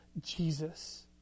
Jesus